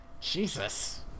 Jesus